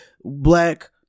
black